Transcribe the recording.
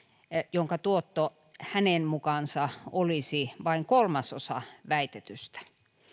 jonka tuotto hänen mukaansa olisi vain kolmasosa väitetystä